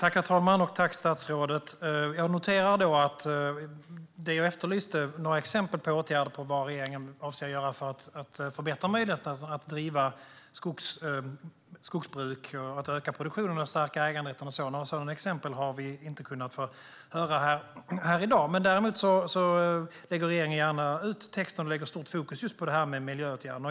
Herr talman! Tack, statsrådet! Jag noterar att vi här i dag inte har fått höra några exempel på det jag efterlyste, alltså åtgärder som regeringen avser att vidta för att förbättra möjligheten att driva skogsbruk, öka produktionen och stärka äganderätten. Däremot har regeringen stort fokus på och lägger gärna ut texten om det här med miljöåtgärderna.